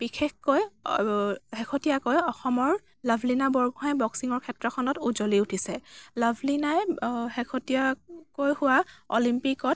বিশেষকৈ শেহতীয়াকৈ অসমৰ লাভলীনা বৰগোহাঁই বক্সিঙৰ ক্ষেত্ৰখনত উজলি উঠিছে লাভলীনাই শেহতীয়াকৈ হোৱা অলিম্পিকত